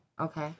Okay